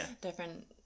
different